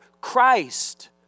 Christ